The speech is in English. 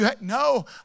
no